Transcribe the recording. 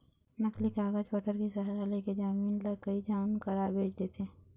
नकली कागज पतर के सहारा लेके जमीन ल कई झन करा बेंच देथे